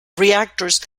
reactors